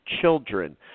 children